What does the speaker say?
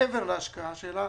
מעבר להשקעה שלה.